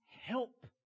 help